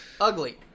ugly